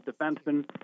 defensemen